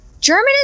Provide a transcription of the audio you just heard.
German